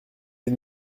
des